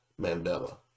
Mandela